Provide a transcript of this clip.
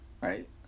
right